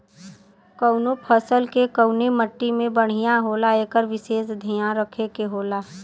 कउनो फसल के कउने मट्टी में बढ़िया होला एकर विसेस धियान रखे के होला